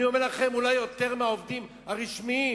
אני אומר לכם, אולי יותר מהעובדים הרשמיים.